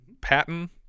Patton